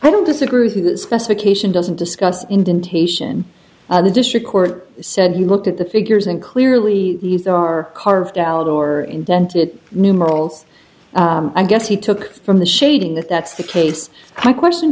i don't disagree with that specification doesn't discuss indentation on the district court said he looked at the figures and clearly there are carved out or indented numerals i guess he took from the shading that that's the case i question